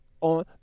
on